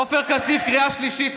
עופר כסיף, קריאה שלישית.